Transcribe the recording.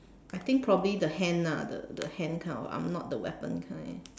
I think probably the hand ah the the hand kind of I'm not the weapon kind